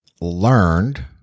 Learned